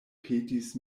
petis